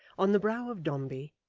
on the brow of dombey,